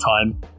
time